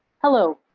hello.